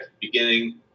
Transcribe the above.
beginning